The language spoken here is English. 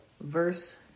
verse